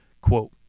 Quote